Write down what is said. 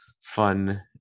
fun